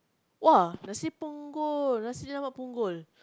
!wah! Nasi Punggol nasi-lemak Punggol